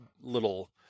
little